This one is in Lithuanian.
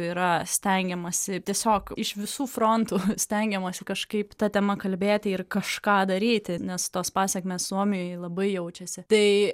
yra stengiamasi tiesiog iš visų frontų stengiamasi kažkaip ta tema kalbėti ir kažką daryti nes tos pasekmės suomijoj labai jaučiasi tai